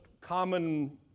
common